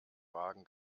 wagen